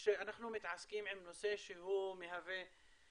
אנחנו מתעסקים בנושא שהוא מהווה,